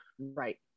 Right